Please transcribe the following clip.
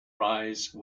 rise